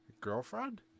girlfriend